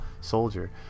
soldier